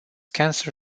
cancer